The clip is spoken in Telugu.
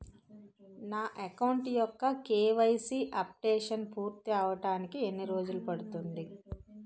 నా అకౌంట్ యెక్క కే.వై.సీ అప్డేషన్ పూర్తి అవ్వడానికి ఎన్ని రోజులు పడుతుంది?